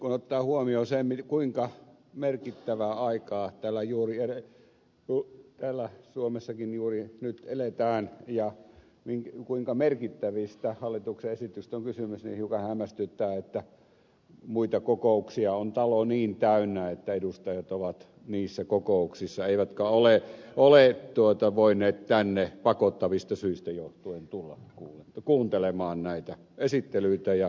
kun ottaa huomioon sen kuinka merkittävää aikaa täällä suomessakin juuri nyt eletään ja kuinka merkittävistä hallituksen esityksistä on kysymys hiukan hämmästyttää että talo on niin täynnä muita kokouksia että edustajat ovat niissä kokouksissa eivätkä ole voineet tänne pakottavista syistä johtuen tulla kuuntelemaan näitä esittelyitä ja näitä puheenvuoroja